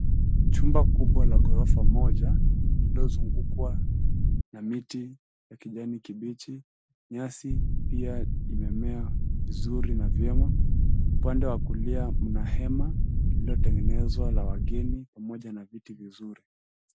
Chumba kubwa la ghorofa moja lililozungukwa na miti ya kijani kibichi, nyasi pia imemea vizuri na vyema. Upande wa kulia kuna hema lilotengenezwa la wageni pamoja na viti vizuri.